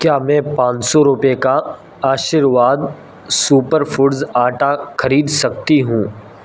کیا میں پانچ سو روپے کا آشرواد سپر فوڈز آٹا خرید سکتی ہوں